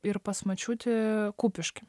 ir pas močiutę kupišky